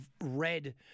read